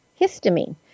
histamine